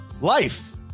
Life